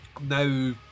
now